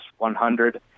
100